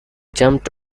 jumped